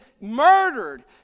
murdered